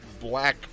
black